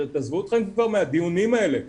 תעזבו אתכם כבר מהדיונים האלה,